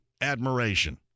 admiration